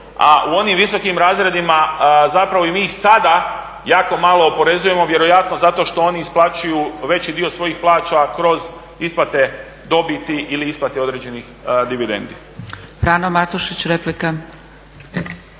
A u onim visokim razredima zapravo i mi sada jako malo oporezujemo, vjerojatno zato što oni isplaćuju veći dio svojih plaća kroz isplate dobiti ili isplate određenih dividendi.